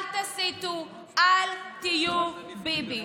אל תסיתו, אל תהיו ביבי.